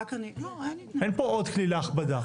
אין פה עוד כלי להכבדה.